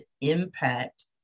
impact